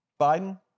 Biden